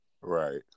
Right